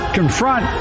confront